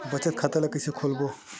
बचत खता ल कइसे खोलबों?